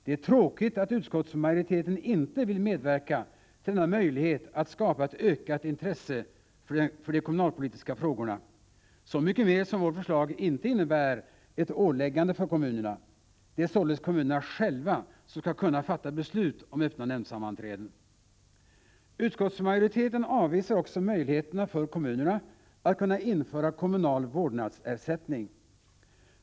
Det är tråkigt att utskottsmajoriteten inte vill medverka till denna möjlighet att skapa ett ökat intresse för de kommunalpolitiska frågorna, så mycket mer som vårt förslag inte innebär ett åläggande för kommunerna. Det är således kommunerna själva som skall kunna fatta beslut om öppna nämndsammanträden. Utskottsmajoriteten avvisar också möjligheterna för kommunerna att kunna införa kommunal vårdnadsersättning.